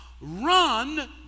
run